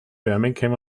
birmingham